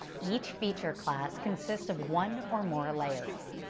each feature class consists of one or more layers.